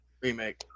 remake